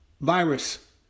virus